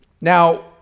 now